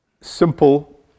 simple